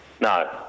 No